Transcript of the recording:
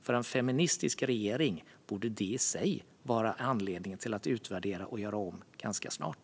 För en feministisk regering borde det i sig vara anledning att utvärdera och göra om ganska snart.